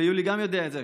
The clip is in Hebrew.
ויולי גם יודע את זה,